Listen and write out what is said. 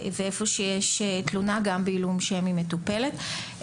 ואיפה שיש תלונה, גם בעילום שם, היא מטופלת.